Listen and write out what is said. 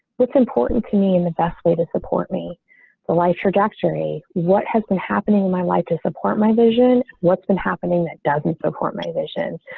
it's important to me in the best way to support me the life trajectory, what has been happening in my life to support my vision, what's been happening that doesn't support my vision.